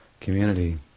community